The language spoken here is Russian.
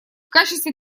качестве